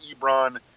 Ebron